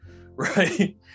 Right